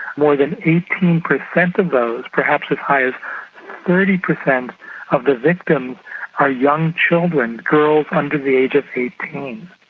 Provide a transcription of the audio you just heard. more that eighteen per cent of those perhaps as high as thirty per cent of the victims are young children, girls under the age of eighteen.